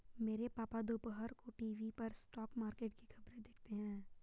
मेरे पापा दोपहर को टीवी पर स्टॉक मार्केट की खबरें देखते हैं